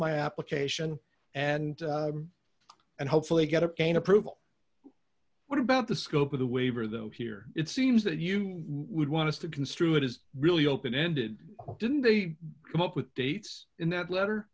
my application and and hopefully get a gain approval what about the scope of the waiver though here it seems that you would want to construe it is really open ended didn't they come up with dates in that letter